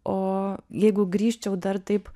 o jeigu grįžčiau dar taip